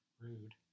Rude